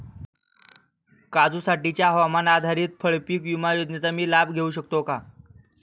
काजूसाठीच्या हवामान आधारित फळपीक विमा योजनेचा मी लाभ घेऊ शकतो का?